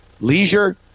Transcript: leisure